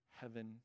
heaven